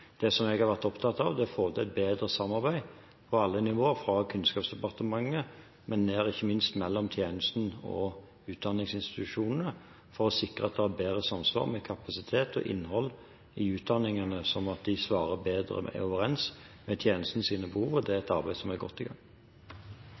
Det som jeg har vært opptatt av, er å få til et bedre samarbeid på alle nivå, òg med Kunnskapsdepartementet, men ikke minst mellom tjenesten og utdanningsinstitusjonene, for å sikre at det er bedre samsvar mellom kapasitet og innhold i utdanningene, slik at de stemmer bedre overens med tjenestenes behov, og det er